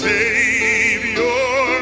Savior